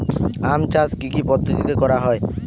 আম চাষ কি কি পদ্ধতিতে করা হয়?